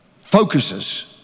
focuses